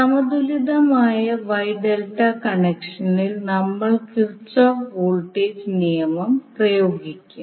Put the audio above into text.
സമതുലിതമായ Y delta കണക്ഷനിൽ നമ്മൾ കിർചോഫ്സ് വോൾട്ടേജ് kirchoff's voltage നിയമം പ്രയോഗിക്കും